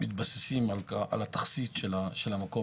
מתבססים על התכסית של המקום,